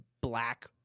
black